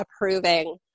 approving